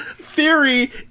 theory